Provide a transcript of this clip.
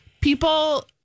people